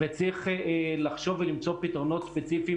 וצריך לחשוב ולמצוא פתרונות ספציפיים